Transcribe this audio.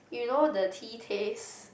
you know the tea taste